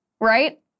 right